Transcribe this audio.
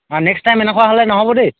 নক্স time এনেকুৱা হ'লে নহ'ব দেই